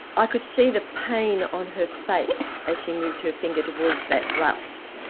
i could see the pain on her face as she moved her finger towards that rust.